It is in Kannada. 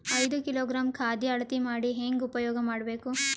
ಐದು ಕಿಲೋಗ್ರಾಂ ಖಾದ್ಯ ಅಳತಿ ಮಾಡಿ ಹೇಂಗ ಉಪಯೋಗ ಮಾಡಬೇಕು?